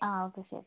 ആ ഓക്കെ ശരി